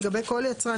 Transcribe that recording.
לגבי כל יצרן,